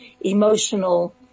emotional